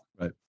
Right